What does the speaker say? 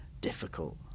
difficult